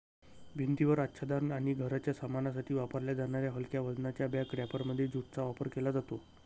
भिंतीवर आच्छादन आणि घराच्या सामानासाठी वापरल्या जाणाऱ्या हलक्या वजनाच्या बॅग रॅपरमध्ये ज्यूटचा वापर केला जातो